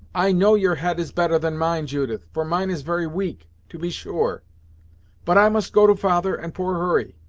i know your head is better than mine, judith, for mine is very weak, to be sure but i must go to father and poor hurry.